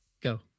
go